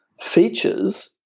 features